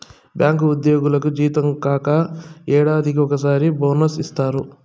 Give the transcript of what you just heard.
bank ఉద్యోగులకు జీతం కాక ఏడాదికి ఒకసారి బోనస్ ఇత్తారు